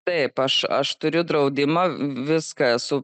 taip aš aš turiu draudimą viską esu